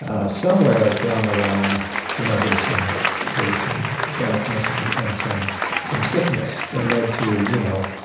ah somewhere down the line you know there's some there's some darkness and and some some sickness that lead to you know